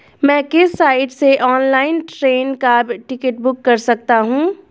मैं किस साइट से ऑनलाइन ट्रेन का टिकट बुक कर सकता हूँ?